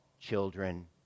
children